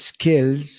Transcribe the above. skills